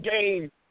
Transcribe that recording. game